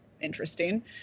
interesting